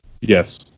Yes